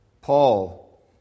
Paul